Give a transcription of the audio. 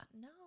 No